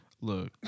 Look